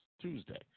Tuesday